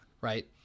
Right